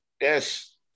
Yes